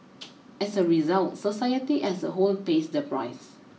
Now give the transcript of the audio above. as a result society as a whole pays the price